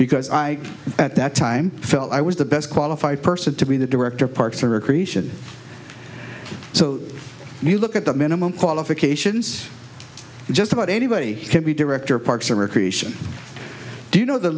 because i at that time felt i was the best qualified person to be the director parks and recreation so you look at the minimum qualifications and just about anybody can be director parks and recreation do you know the